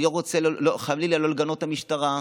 אני לא רוצה חלילה לגנות המשטרה,